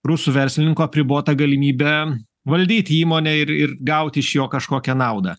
rusų verslininko apribotą galimybė valdyti įmonę ir ir gauti iš jo kažkokią naudą